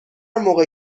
موقع